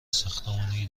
ساختمانی